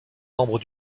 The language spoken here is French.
membre